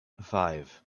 five